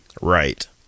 Right